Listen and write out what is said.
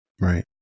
Right